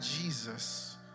Jesus